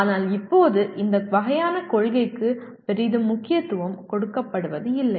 ஆனால் இப்போது இந்த வகையான கொள்கைக்கு பெரிதும் முக்கியத்துவம் கொடுக்கப்படுவது இல்லை